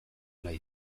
nahi